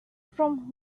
from